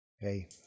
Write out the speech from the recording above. Hey